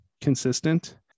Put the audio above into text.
consistent